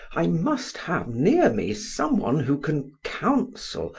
i must have near me some one who can counsel,